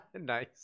Nice